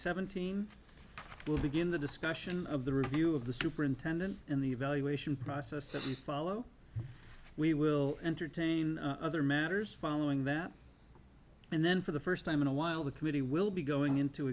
seventeen will begin the discussion of the review of the superintendent and the evaluation process that we follow we will entertain other matters following that and then for the first time in a while the committee will be going into